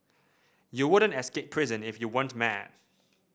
you wouldn't escape prison if you weren't mad